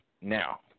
Now